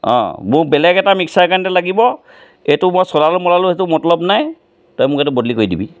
অঁ মোক বেলেগ এটা মিক্সাৰ গ্ৰাইণ্ডাৰ লাগিব এইটো মই চলালোঁ মলালোঁ সেইটো মতলব নাই তই মোক এইটো বদলি কৰি দিবি